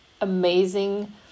amazing